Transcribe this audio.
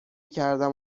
کردم